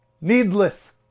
Needless